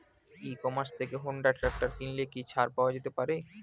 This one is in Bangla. ই কমার্স থেকে হোন্ডা ট্রাকটার কিনলে কি ছাড় পাওয়া যেতে পারে?